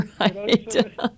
Right